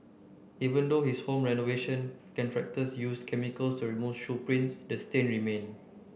even though his home renovation contractors used chemicals to remove shoe prints the stain remained